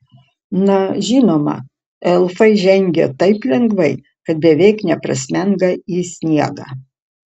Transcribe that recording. na žinoma elfai žengia taip lengvai kad beveik neprasmenga į sniegą